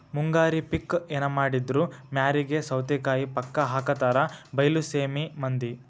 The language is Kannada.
ಮುಂಗಾರಿ ಪಿಕ್ ಎನಮಾಡಿದ್ರು ಮ್ಯಾರಿಗೆ ಸೌತಿಕಾಯಿ ಪಕ್ಕಾ ಹಾಕತಾರ ಬೈಲಸೇಮಿ ಮಂದಿ